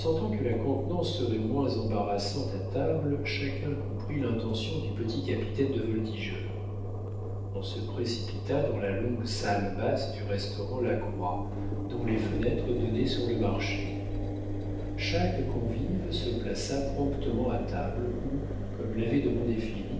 que la contenance serait moins embarrassante à table chacun comprit l'intention du petit capitaine de voltigeurs on se précipita dans la longue salle basse du restaurant lacroix dont les fenêtres donnaient sur le marché chaque convive se plaça promptement à table où comme l'avait demandé